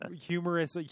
humorous